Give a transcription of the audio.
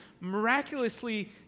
miraculously